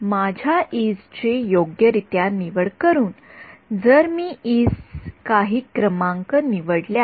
माझ्या इज e'sची योग्यरित्या निवड करून जर मी इज e's काही क्रमांक निवडल्यास